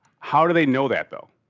how do they know that though?